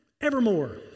evermore